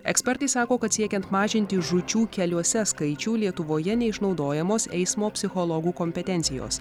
ekspertai sako kad siekiant mažinti žūčių keliuose skaičių lietuvoje neišnaudojamos eismo psichologų kompetencijos